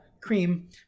cream